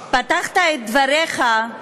פתחת את דבריך,